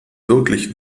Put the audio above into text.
wirklich